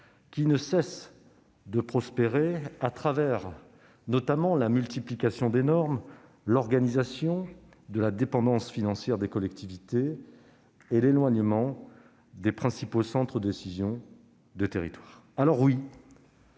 lequel ne cesse de prospérer à travers notamment la multiplication des normes, l'organisation de la dépendance financière des collectivités et l'éloignement des principaux centres de décision des territoires ? Alors, oui,